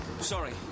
Sorry